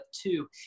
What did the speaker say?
two